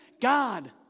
god